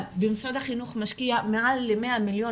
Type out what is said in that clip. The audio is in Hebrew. אבל משרד החינוך משקיע מעל ל-100 מיליון